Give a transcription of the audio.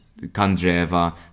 Kandreva